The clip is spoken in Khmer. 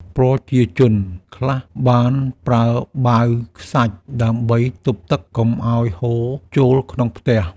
ប្រជាជនខ្លះបានប្រើបាវខ្សាច់ដើម្បីទប់ទឹកកុំឱ្យហូរចូលក្នុងផ្ទះ។